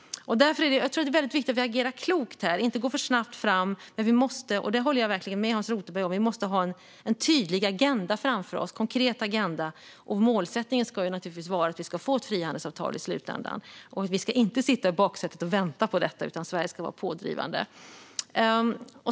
Jag tror att det är väldigt viktigt att agera klokt här och inte gå för snabbt fram. Men vi måste - det håller jag verkligen med Hans Rothenberg om - ha en tydlig, konkret agenda framför oss. Målsättningen ska naturligtvis vara att vi ska få ett frihandelsavtal i slutändan. Vi ska inte sitta i baksätet och vänta på detta, utan Sverige ska vara pådrivande.